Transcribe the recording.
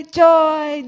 joy